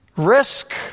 Risk